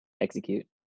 execute